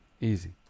Easy